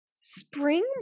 spring